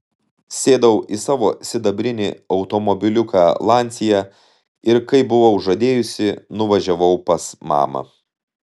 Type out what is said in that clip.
sėdau į savo sidabrinį automobiliuką lancia ir kaip buvau žadėjusi nuvažiavau pas mamą